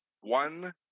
one